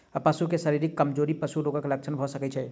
पशु में शारीरिक कमजोरी पशु रोगक लक्षण भ सकै छै